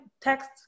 text